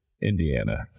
Indiana